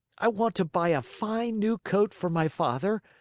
i want to buy a fine new coat for my father,